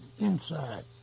inside